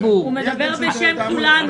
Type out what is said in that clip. מדבר בשם כולנו.